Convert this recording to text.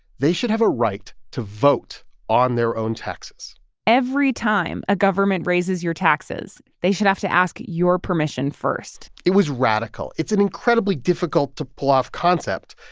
they should have a right to vote on their own taxes every time a government raises your taxes, they should have to ask your permission first it was radical. it's an incredibly difficult to pull off concept.